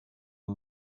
yng